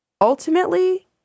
ultimately